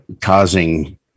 causing